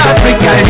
Africa